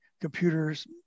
computers